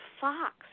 fox